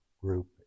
group